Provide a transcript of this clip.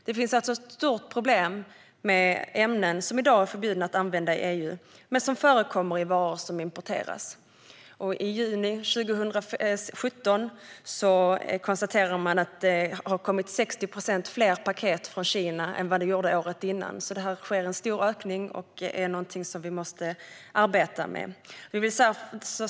Det finns alltså ett stort problem med ämnen som i dag är förbjudna att använda i EU men som förekommer i varor som importeras. I juni 2017 konstaterades att det har kommit 60 procent fler paket från Kina än vad det gjorde föregående år. Det sker alltså en stor ökning på detta område, och vi måste arbeta med det.